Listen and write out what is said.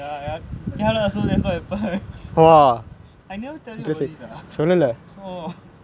ya ya okay lah that's what happen I never tell you about this ah oh